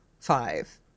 Five